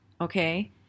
Okay